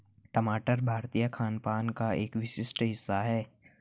टमाटर भारतीय खानपान का एक विशिष्ट हिस्सा है